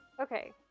Okay